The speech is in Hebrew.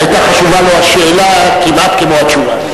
היתה חשובה לו השאלה כמעט כמו התשובה.